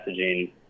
messaging